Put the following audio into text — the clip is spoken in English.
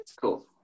Cool